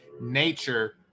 nature